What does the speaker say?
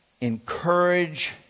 Encourage